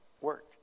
work